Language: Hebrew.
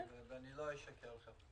לא אשקר לכם.